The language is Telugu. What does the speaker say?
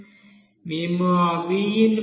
మేము ఆ Vin